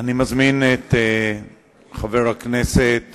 אני מזמין את חבר הכנסת